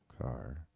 car